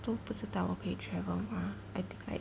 我都不知道我可以去 work liao mah I think like